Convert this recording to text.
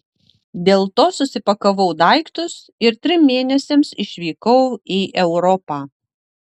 dėl to susipakavau daiktus ir trim mėnesiams išvykau į europą